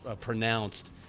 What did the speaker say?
pronounced